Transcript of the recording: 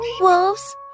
Wolves